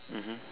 mmhmm